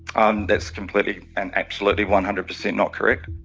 um that's completely and absolutely one hundred percent not correct.